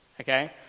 Okay